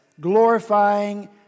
glorifying